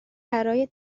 برای